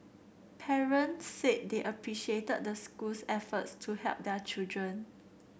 parents said they appreciated the school's efforts to help their children